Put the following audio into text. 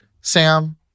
Sam